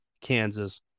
kansas